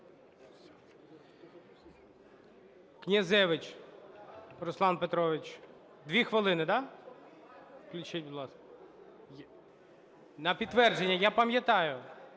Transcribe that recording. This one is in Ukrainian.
Князевич Руслан Петрович. 2 хвилини, да? Включіть, будь ласка. На підтвердження, я пам'ятаю.